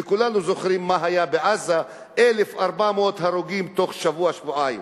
וכולנו זוכרים מה היה בעזה: 1,400 הרוגים בתוך שבוע-שבועיים.